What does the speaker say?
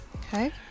okay